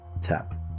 tap